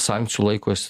sankcijų laikos